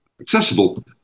accessible